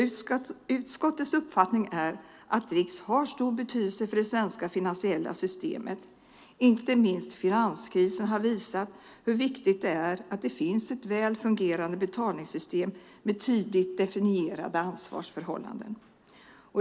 Utskottets uppfattning är att RIX har stor betydelse för det svenska finansiella systemet. Inte minst finanskrisen har visat hur viktigt det är att det finns ett väl fungerande betalningssystem med tydligt definierade ansvarsförhållanden.